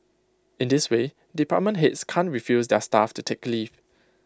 in this way department heads can't refuse their staff to take leave